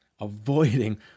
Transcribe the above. Avoiding